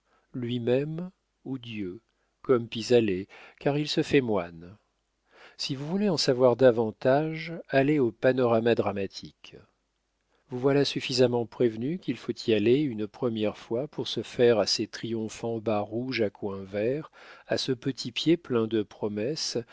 lui-même ou dieu comme pis-aller car il se fait moine si vous voulez en savoir davantage allez au panorama dramatique vous voilà suffisamment prévenu qu'il faut y aller une première fois pour se faire à ces triomphants bas rouges à coins verts à ce petit pied plein de promesses